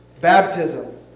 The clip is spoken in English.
baptism